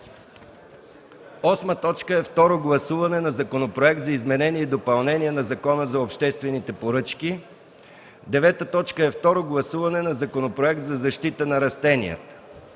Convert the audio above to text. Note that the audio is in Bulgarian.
сутринта. 8. Второ гласуване на Законопроекта за изменение и допълнение на Закона за обществените поръчки. 9. Второ гласуване на Законопроекта за защита на растенията.